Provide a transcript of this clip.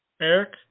Eric